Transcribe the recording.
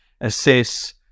assess